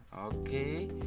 Okay